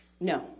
No